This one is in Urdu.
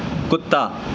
کتا